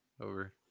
over